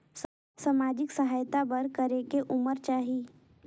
समाजिक सहायता बर करेके उमर चाही?